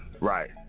right